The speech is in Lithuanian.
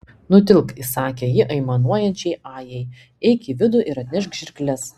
nutilk įsakė ji aimanuojančiai ajai eik į vidų ir atnešk žirkles